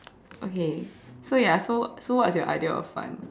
okay so ya so so what is your idea of fun